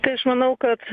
tai aš manau kad